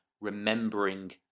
remembering